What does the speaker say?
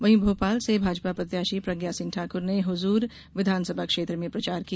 वहीं भोपाल से भाजपा प्रत्याशी प्रज्ञा सिंह ठाक्र ने हुजूर विधानसभा क्षेत्र में प्रचार किया